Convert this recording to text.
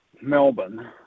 Melbourne